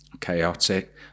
chaotic